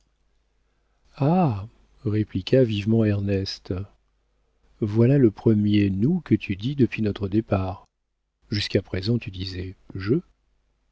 répliqua vivement ernest voilà le premier nous que tu dis depuis notre départ jusqu'à présent tu disais